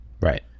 Right